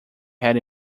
had